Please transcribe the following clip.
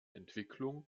entwicklung